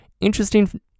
Interesting